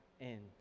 end